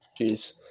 Jeez